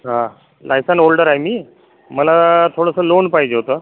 हां licence holder आहे मी मला थोडंसं लोन पाहिजे होतं